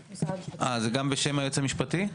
זה גם בשם היועצת המשפטית?